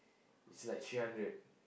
is like three hundred